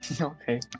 Okay